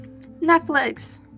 Netflix